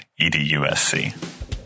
EDUSC